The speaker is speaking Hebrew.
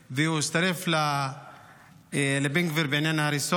והוא הצטרף לבן גביר בעניין ההריסות.